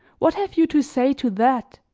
what have you to say to that?